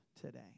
today